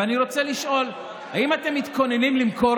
ואני רוצה לשאול: האם אתם מתכננים למכור